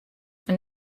fan